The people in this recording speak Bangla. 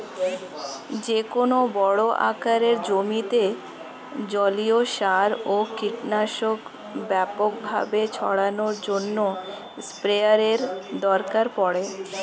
যেকোনো বড় আকারের জমিতে জলীয় সার ও কীটনাশক ব্যাপকভাবে ছড়ানোর জন্য স্প্রেয়ারের দরকার পড়ে